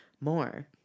more